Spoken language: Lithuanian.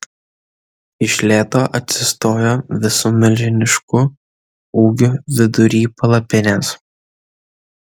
iš lėto atsistojo visu milžinišku ūgiu vidury palapinės